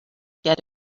get